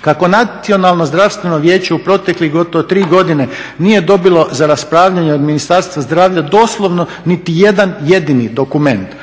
Kako Nacionalno zdravstveno vijeće u proteklih gotovo tri godine nije dobilo za raspravljanje od Ministarstva zdravlja doslovno niti jedan jedini dokument